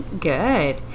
good